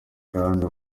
kandi